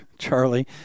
charlie